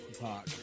park